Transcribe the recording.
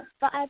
five